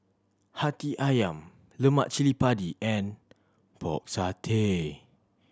Hati Ayam Lemak Cili Padi and Pork Satay